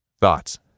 Thoughts